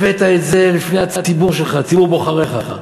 הבאת את זה לפני הציבור שלך, ציבור בוחריך.